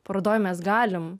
parodoj mes galim